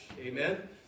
Amen